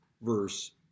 verse